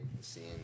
seeing